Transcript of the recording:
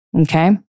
Okay